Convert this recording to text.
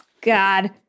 God